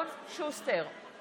הון פוליטי על חשבונם של חולים.